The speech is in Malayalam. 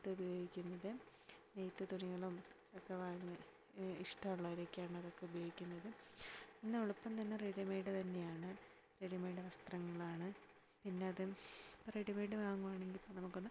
ഇതുപയോഗിക്കുന്നത് നെയ്ത്തു തുണികളും ഒക്കെ വാങ്ങി ഇഷ്ടമുള്ളവരൊക്കെയാണത് അതൊക്കെ ഉപയോഗിക്കുന്നത് ഇന്ന് എളുപ്പം തന്നെ റെഡിമെയ്ഡ് തന്നെയാണ് റെഡിമെയ്ഡ് വസ്ത്രങ്ങളാണ് ഇന്ന് അതും റെഡിമെയ്ഡ് വാങ്ങുകയാണെങ്കിൽ നമുക്കത്